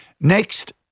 Next